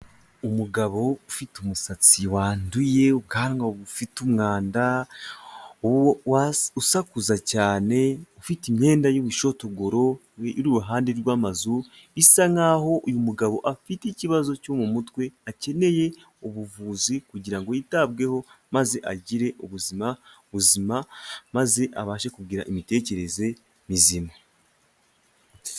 Umugabo ufite umusatsi wanduye, ubwanwa bufite umwanda, usakuza cyane, ufite imyenda y'ubushotogoro, uri iruhande rwamazu, bisa nkaho uyu mugabo afite ikibazo cyo mu mutwe, akeneye ubuvuzi kugira ngo yitabweho maze agire ubuzima buzima, maze abashe kugira imitekerereze mizima.